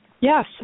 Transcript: Yes